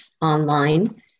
Online